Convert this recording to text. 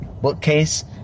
bookcase